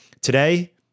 today